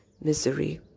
misery